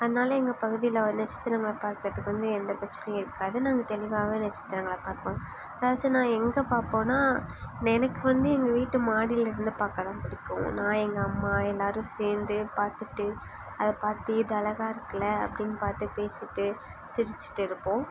அதனால் எங்கள் பகுதியில் நட்சத்திரங்களை பார்க்கறதுக்கு வந்து எந்த பிரச்சனையும் இருக்காது நாங்கள் தெளிவாகவே நட்சத்திரங்களை பார்ப்போம் ஏதாச்சின்னா நாங்கள் எங்கே பார்ப்போன்னா எனக்கு வந்து எங்கள் வீட்டு மாடிலேருந்து பார்க்க தான் பிடிக்கும் நான் எங்கள் அம்மா எல்லோரும் சேர்ந்து பார்த்துட்டு அதை பார்த்து இது அழகாக இருக்குல்லை அப்படினு பார்த்து பேசிட்டு சிரிச்சுட்டு இருப்போம்